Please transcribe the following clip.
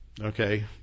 Okay